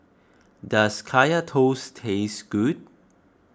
does Kaya Toast taste good